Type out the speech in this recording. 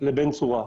לבין צורה.